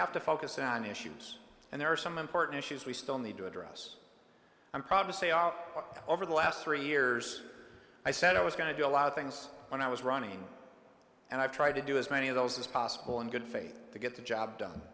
have to focus on issues and there are some important issues we still need to address i'm probably say are over the last three years i said i was going to do a lot of things when i was running and i tried to do as many of those as possible in good faith to get the job done